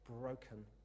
broken